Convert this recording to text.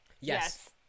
Yes